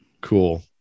cool